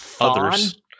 others